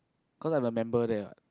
cause I'm a member there what